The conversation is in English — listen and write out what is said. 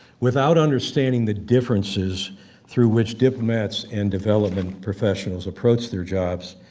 without understanding the differences through which diplomats and development professionals approach their jobs,